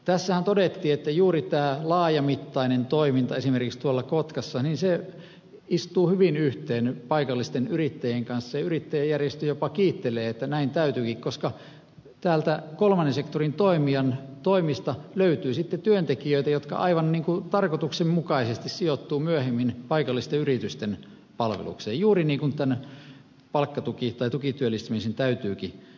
tässähän todettiin että juuri tämä laajamittainen toiminta esimerkiksi tuolla kotkassa istuu hyvin yhteen paikallisten yrittäjien kanssa ja yrittäjäjärjestö jopa kiittelee että näin täytyykin koska täältä kolmannen sektorin toimijan toimista löytyy sitten työntekijöitä jotka aivan tarkoituksenmukaisesti sijoittuvat myöhemmin paikallisten yritysten palvelukseen juuri niin kuin tukityöllistämisen täytyykin toimia